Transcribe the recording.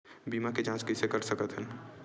बीमा के जांच कइसे कर सकत हन?